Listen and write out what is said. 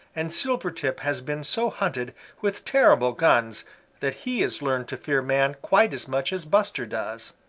and silvertip has been so hunted with terrible guns that he has learned to fear man quite as much as buster does.